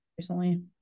recently